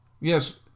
yes